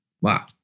Wow